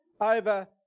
over